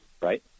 right